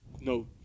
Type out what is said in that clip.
no